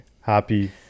happy